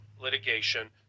litigation